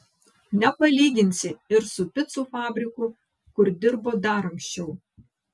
nepalyginsi ir su picų fabriku kur dirbo dar anksčiau